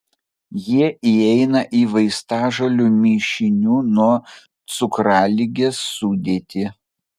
jie įeina į vaistažolių mišinių nuo cukraligės sudėtį